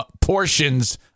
portions